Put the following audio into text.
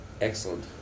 Excellent